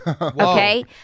Okay